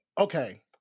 okay